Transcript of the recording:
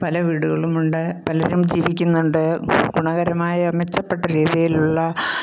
പല വീടുകളും ഉണ്ട് പലരും ജീവിക്കുന്നുണ്ട് ഗുണകരമായ മെച്ചപ്പെട്ട രീതിയിലുള്ള